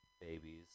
babies